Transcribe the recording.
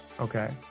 okay